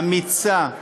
אמיצה,